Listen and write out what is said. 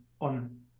on